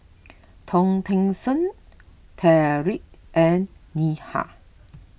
Hortense Trae and Neha